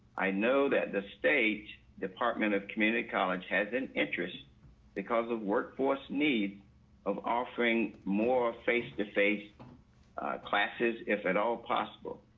i know that the state department of community college has an interest because of workforce need of offering more face to face classes if at all possible.